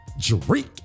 drink